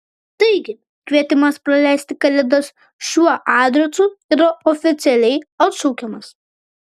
taigi kvietimas praleisti kalėdas šiuo adresu yra oficialiai atšaukiamas